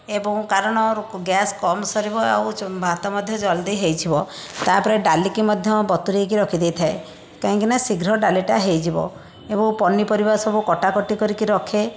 ଏବଂ କାରଣ ଗ୍ୟାସ୍ କମ ସରିବ ଆଉ ଚ ଭାତ ମଧ୍ୟ ଜଲ୍ଦି ହେଇଯିବ ତା'ପରେ ଡାଲି କି ମଧ୍ୟ ବତୁରେଇକି ରଖିଦେଇଥାଏ କାହିଁକିନା ଶିଘ୍ର ଡାଲିଟା ହେଇଯିବ ଏବଂ ପନିପରିବା ସବୁ କଟାକାଟି କରିକି ରଖେ